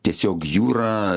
tiesiog jūra